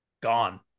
Gone